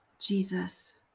Jesus